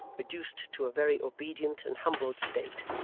reduced to a very obedient and humbled state,